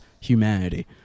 humanity